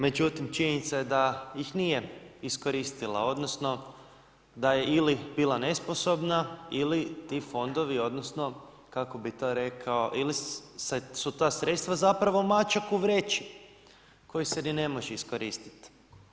Međutim, činjenica je da ih nije iskoristila, odnosno ili bila nesposobna ili ti fondovi, odnosno kako bih to rekao ili su ta sredstva zapravo mačak u vreći koji se ni ne može iskoristiti.